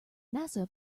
nasa